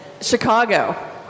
Chicago